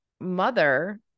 mother